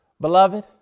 Beloved